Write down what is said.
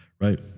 right